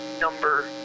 number